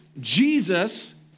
Jesus